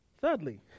Thirdly